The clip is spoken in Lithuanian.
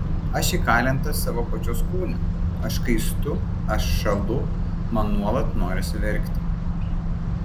aš įkalinta savo pačios kūne aš kaistu aš šąlu man nuolat norisi verkti